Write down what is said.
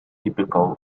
typical